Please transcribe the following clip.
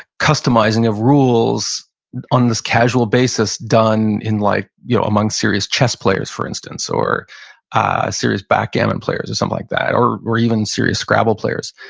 customizing of rules on this casual basis done like you know among serious chess players, for instance, or ah serious backgammon players or something like that, or or even serious scrabble players.